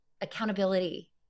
accountability